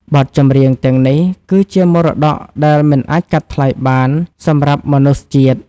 បទចម្រៀងទាំងនេះ គឺជាមរតកដែលមិនអាចកាត់ថ្លៃបានសម្រាប់មនុស្សជាតិ។